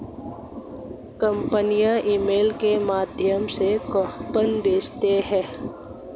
कंपनियां ईमेल के माध्यम से कूपन भेजती है